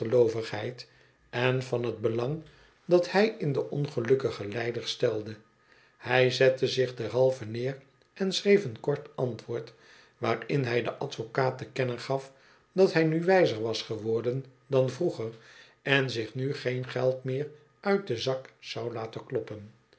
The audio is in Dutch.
en van t belang dat hij in den ongelukkigen lijder stelde hij zette zich derhalve neer en schreef een kort antwoord waarin hij den advocaat te kennen gaf dat hij nu wijzer was geworden dan vroeger en zich nu geen geld meer uit den zak zou laten kloppen